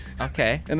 Okay